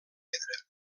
pedra